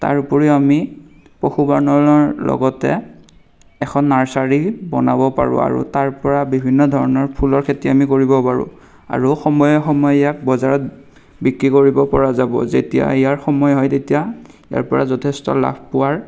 তাৰ উপৰিও আমি পশুপালনৰ লগতে এখন নাৰ্চাৰি বনাব পাৰোঁ তাৰ পৰা বিভিন্ন ধৰণৰ ফুলৰ খেতি আমি কৰিব পাৰোঁ আৰু সময়ে সময়ে ইয়াক বজাৰত বিক্ৰী কৰিব পৰা যাব যেতিয়া ইয়াৰ সময় হয় তেতিয়া ইয়াৰ পৰা যথেষ্ট লাভ পোৱাৰ